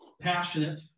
passionate